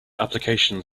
application